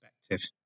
perspective